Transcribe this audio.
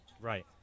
Right